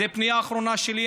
זו פנייה אחרונה שלי.